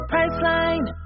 Priceline